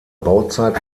bauzeit